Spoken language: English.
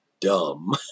dumb